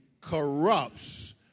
corrupts